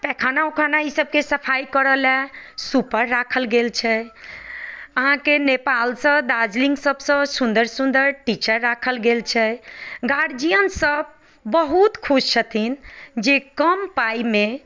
पैखाना उखाना ईसभके सफाइ करय लेल स्वीपर राखल गेल छै अहाँके नेपालसँ दार्जलिंग सभसँ सुन्दर सुन्दर टीचर राखल गेल छै गार्जियनसभ बहुत खुश छथिन जे कम पाइमे